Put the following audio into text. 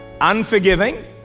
unforgiving